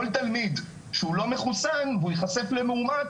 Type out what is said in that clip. כל תלמיד שהוא לא מחוסן והוא ייחשף למאומת,